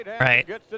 Right